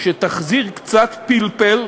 שתחזיר קצת פלפל,